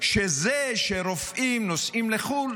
שזה שרופאים נוסעים לחו"ל,